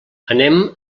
anem